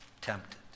tempted